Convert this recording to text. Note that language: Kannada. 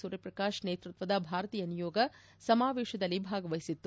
ಸೂರ್ಯಪ್ರಕಾಶ್ ನೇತೃತ್ವದ ಭಾರತೀಯ ನಿಯೋಗ ಸಮಾವೇಶದಲ್ಲಿ ಭಾಗವಹಿಸಿತ್ತು